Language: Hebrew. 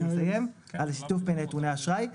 שיתוך בנתוני אשראי.